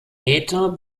meter